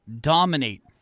dominate